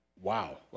wow